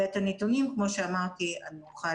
ואת הנתונים, כמו שאמרתי, אני אוכל